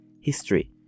history